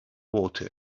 water